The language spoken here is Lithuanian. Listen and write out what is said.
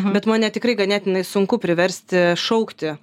bet mane tikrai ganėtinai sunku priversti šaukti